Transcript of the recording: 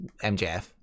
mjf